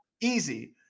Easy